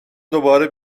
دوباره